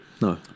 No